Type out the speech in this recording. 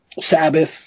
Sabbath